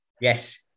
Yes